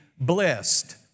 blessed